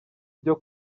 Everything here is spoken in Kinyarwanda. byo